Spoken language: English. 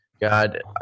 God